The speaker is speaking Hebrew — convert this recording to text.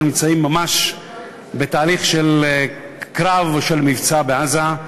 נמצאים ממש בתהליך של קרב או של מבצע בעזה,